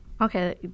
Okay